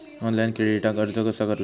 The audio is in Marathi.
ऑनलाइन क्रेडिटाक अर्ज कसा करुचा?